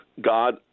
God